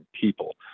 people